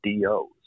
DOs